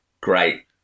great